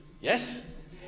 yes